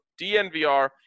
DNVR